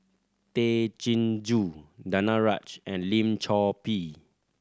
Tay Chin Joo Danaraj and Lim Chor Pee